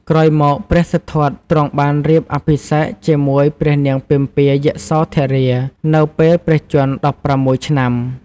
ក្រោយមកព្រះសិទ្ធត្ថទ្រង់បានរៀបអភិសេកជាមួយព្រះនាងពិម្ពាយសោធរា នៅពេលព្រះជន្ម ១៦ ឆ្នាំ។